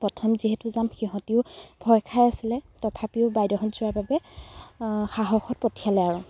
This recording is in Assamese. প্ৰথম যিহেতু যাম সিহঁতিও ভয় খাই আছিলে তথাপিও বাইদেউহঁত যোৱাৰ বাবে সাহসত পঠিয়ালে আৰু